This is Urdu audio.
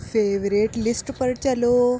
فیورٹ لسٹ پر چلو